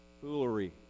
foolery